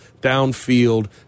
downfield